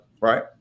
Right